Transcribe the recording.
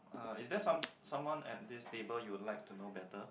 uh is there some someone at this table you will like to know better